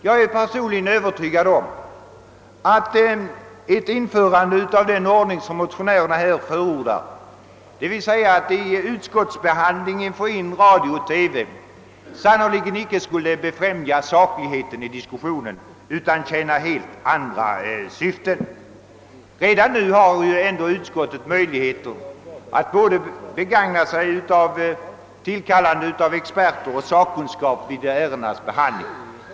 Jag är personligen övertygad om att införande av den ordning som motionärerna här förordar, d. v. s. att i utskottsbehandlingen föra in radio och TV, sannerligen inte skulle främja sakligheten i debatten utan tjäna helt andra syften. Redan nu har ju utskotten möjlighet att tillkalla experter och sakkunniga vid ärendenas behandling.